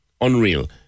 Unreal